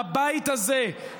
בבית הזה,